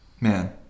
Man